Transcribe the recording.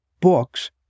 books